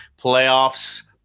playoffs